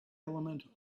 element